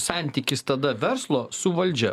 santykis tada verslo su valdžia